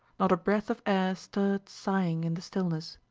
not a breath of air stirred sighing in the stillness.